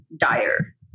dire